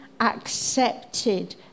accepted